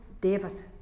David